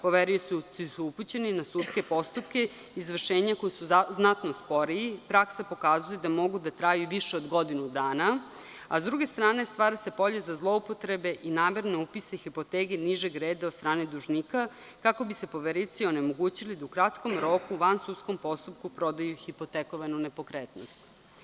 Poverioci su upućeni na sudske postupke izvršenja, koji su znatno sporiji, praksa pokazuje da mogu da traju i više od godinu dana, a s druge strane stvara se polje za zloupotrebe i namernog upisa hipoteke nižeg reda od strane dužnika kako bi se poverioci onemogućili da u kratkom roku u vansudskom postupku prodaju hipotekovanu nepokretnost.